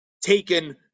taken